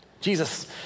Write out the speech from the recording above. Jesus